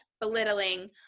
belittling